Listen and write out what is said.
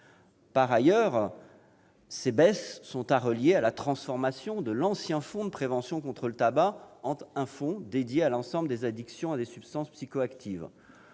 rattacher ces baisses de crédits à la transformation de l'ancien fonds de prévention contre le tabac en un fonds dédié à l'ensemble des addictions à des substances psychoactives.